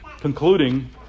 Concluding